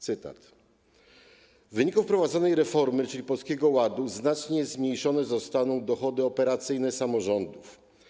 Cytat: „W wyniku wprowadzonej reformy, czyli Polskiego Ładu, znacznie zmniejszone zostaną dochody operacyjne samorządów.